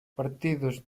partidos